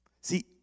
See